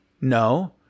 No